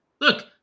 Look